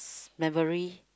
memory